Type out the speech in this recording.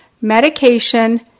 medication